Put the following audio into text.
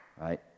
right